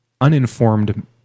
uninformed